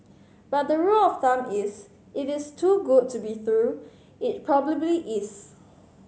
but the rule of thumb is if is too good to be true it probably is